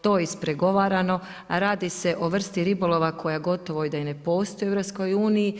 To je ispregovarano, a radi se o vrsti ribolova koja gotovo da i ne postoji u EU.